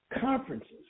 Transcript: conferences